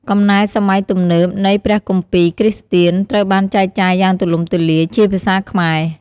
កំណែសម័យទំនើបនៃព្រះគម្ពីរគ្រីស្ទានត្រូវបានចែកចាយយ៉ាងទូលំទូលាយជាភាសាខ្មែរ។